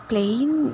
Plain